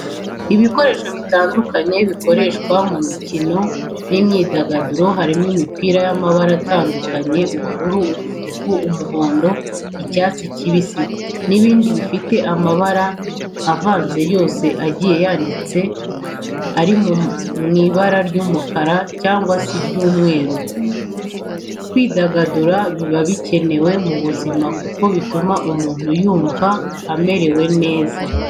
Ibikoresho bitandukanye bikoreshwa mu mikino n'imyidagaduro, harimo imipira y'amabara atandukanye ubururu, umutuku, umuhondo, icyatsi kibisi n'indi ifite amabara avanze yose igiye yanditseho amagambo ari mu ibara ry'umukara cyangwa se umweru, kwidagadura biba bikenewe mu buzima kuko bituma umuntu yumva amerewe neza.